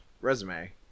resume